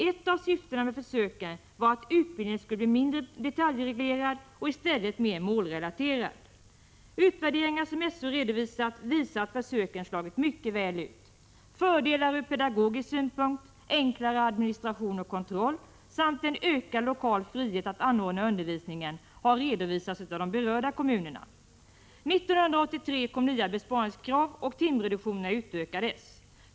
Ett av syftena med försöken var att utbildningen skulle bli mindre detaljreglerad och i stället mer målrelaterad. Utvärderingar som SÖ redovisat visar att försöken slagit mycket väl ut. Fördelar ur pedagogisk synpunkt, enklare administration och kontroll samt en ökad lokal frihet att anordna undervisningen har redovisats av de berörda kommunerna. 1983 kom nya besparingskrav, och timreduktionerna utökades.